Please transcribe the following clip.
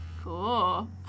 Cool